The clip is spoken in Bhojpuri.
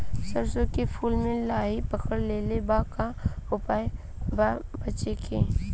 सरसों के फूल मे लाहि पकड़ ले ले बा का उपाय बा बचेके?